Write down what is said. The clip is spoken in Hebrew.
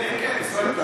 כן כן, משרד רישוי.